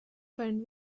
fallen